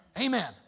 Amen